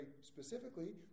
specifically